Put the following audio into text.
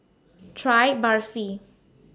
Try Barfi